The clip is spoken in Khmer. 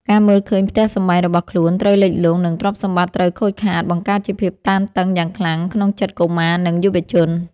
ការមើលឃើញផ្ទះសម្បែងរបស់ខ្លួនត្រូវលិចលង់ និងទ្រព្យសម្បត្តិត្រូវខូចខាត បង្កើតជាភាពតានតឹងយ៉ាងខ្លាំងក្នុងចិត្តកុមារ និងយុវជន។